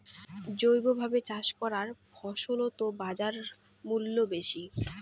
জৈবভাবে চাষ করা ফছলত বাজারমূল্য বেশি